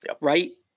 Right